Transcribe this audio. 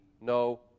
no